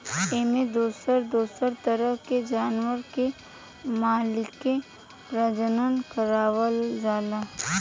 एमें दोसर दोसर तरह के जानवर के मिलाके प्रजनन करवावल जाला